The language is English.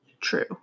True